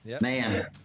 Man